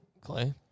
Clay